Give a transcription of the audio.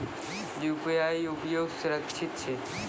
UPI उपयोग सुरक्षित छै?